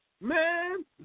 Man